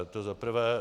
To za prvé.